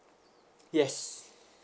yes